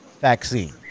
vaccine